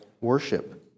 worship